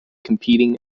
competing